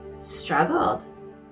struggled